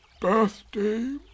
birthday